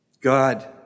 God